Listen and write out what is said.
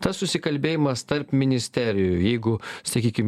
tas susikalbėjimas tarp ministerijų jeigu sakykim